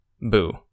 boo